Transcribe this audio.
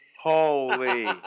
Holy